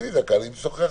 אני מבין איפה